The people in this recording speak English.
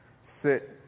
sit